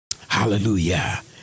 Hallelujah